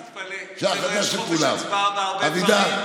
תתפלא, אצלנו יש חופש הצבעה בהרבה דברים.